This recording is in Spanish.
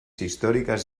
históricas